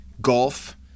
golf